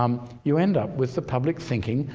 um you end up with the public thinking,